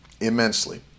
immensely